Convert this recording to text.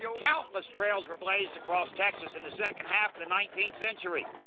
countless trails were blazed across texas in the second half of the nineteenth century.